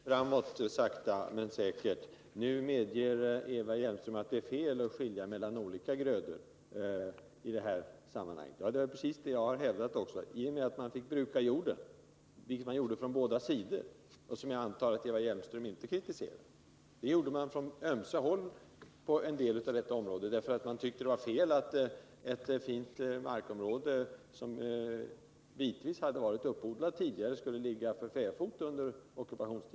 Herr talman! Vi kommer sakta framåt. Nu medger Eva Hjelmström att det i detta sammanhang är fel att skilja på olika grödor. Det är precis vad jag har hävdat. Jag antar att Eva Hjelmström inte kritiserar att jorden fick brukas — den brukades av båda sidor på var sin del av detta område. Anledningen till det var att man tyckte att ett fint markområde, som tidigare bitvis hade varit uppodlat, inte skulle ligga för fäfot.